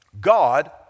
God